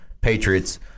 Patriots –